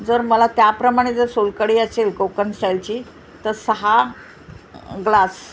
जर मला त्याप्रमाणे जर सोलकडी असेल कोकन साईलची तर सहा ग्लास